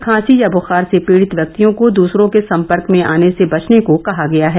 खांसी या बुखार से पीड़ित व्यक्तियों को दूसरों के सम्पर्क में आने से बचने को कहा गया है